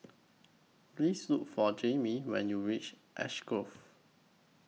Please Look For Jayme when YOU REACH Ash Grove